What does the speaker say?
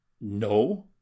No